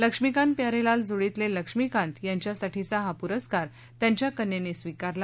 लक्ष्मिकांत प्यारेलाल जोडीतले लक्ष्मीकांत यांच्यासाठीचा हा पुरस्कार त्यांच्या कन्येने स्वीकारला